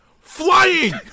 flying